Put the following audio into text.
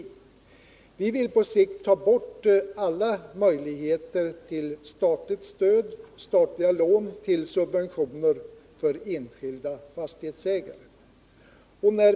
Vi vill på sikt ta bort alla möjligheter till statligt stöd, statliga lån, till subventioner för enskilda fastighetsägare.